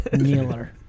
Miller